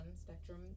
spectrum